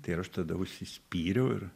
tai ir aš tada užsispyriau ir